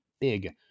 big